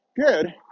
good